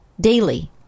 daily